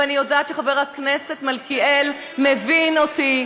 ואני יודעת שחבר הכנסת מלכיאלי מבין אותי,